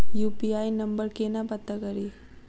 UPI number केना पत्ता कड़ी?